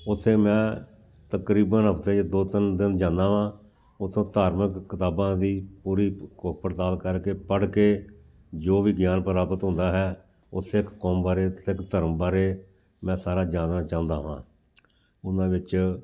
ਉਥੇ ਮੈਂ ਤਕਰੀਬਨ ਹਫ਼ਤੇ 'ਚ ਦੋ ਤਿੰਨ ਦਿਨ ਜਾਂਦਾ ਵਾ ਉਥੋਂ ਧਾਰਮਿਕ ਕਿਤਾਬਾਂ ਦੀ ਪੂਰੀ ਕੋਖ ਪੜਤਾਲ ਕਰਕੇ ਪੜ੍ਹ ਕੇ ਜੋ ਵੀ ਗਿਆਨ ਪ੍ਰਾਪਤ ਹੁੰਦਾ ਹੈ ਉਹ ਸਿੱਖ ਕੌਮ ਬਾਰੇ ਸਿੱਖ ਧਰਮ ਬਾਰੇ ਮੈਂ ਸਾਰਾ ਜਾਣਨਾ ਚਾਹੁੰਦਾ ਹਾਂ ਉਹਨਾਂ ਵਿੱਚ